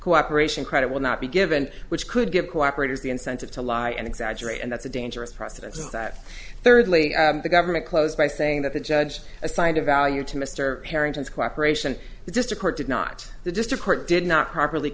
cooperation credit will not be given which could give cooperators the incentive to lie and exaggerate and that's a dangerous precedent that thirdly the government closed by saying that the judge assigned a value to mr harrington's cooperation is just a court did not the district court did not properly